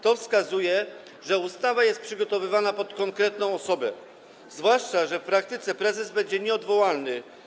To wskazuje, że ustawa jest przygotowywana pod konkretną osobę, zwłaszcza że w praktyce prezes będzie nieodwołalny.